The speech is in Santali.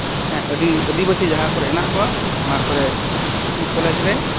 ᱟᱹᱰᱤ ᱟᱹᱫᱤᱵᱟᱥᱟᱹ ᱡᱟᱦᱟᱸ ᱠᱚᱨᱮ ᱦᱮᱱᱟᱜ ᱠᱚᱣᱟ ᱚᱱᱟᱠᱚᱨᱮ ᱥᱠᱩᱞ ᱠᱚᱞᱮᱡᱽ ᱨᱮ